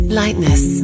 lightness